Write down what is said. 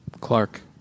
Clark